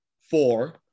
four